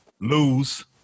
lose